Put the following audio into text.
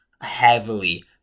heavily